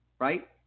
right